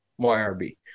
YRB